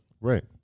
Right